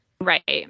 Right